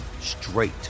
straight